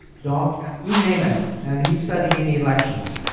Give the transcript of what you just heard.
dog, cat, you name it. and he's studying any elections.